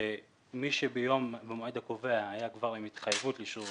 שמי שבמועד הקובע היה כבר עם התחייבות לשירות